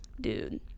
Dude